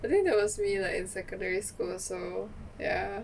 I think that was me like in secondary school also ya